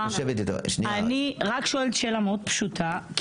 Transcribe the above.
אני רק שואלת שאלה מאוד פשוטה.